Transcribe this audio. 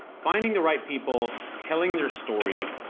finding the right people, telling their story,